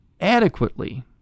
adequately